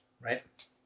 right